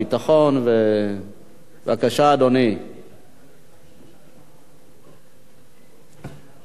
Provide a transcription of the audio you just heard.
8393. יציג את ההצעה לסדר-היום חבר הכנסת עמיר פרץ,